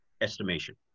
estimation